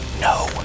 No